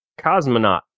Cosmonaut